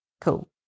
Cool